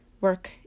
work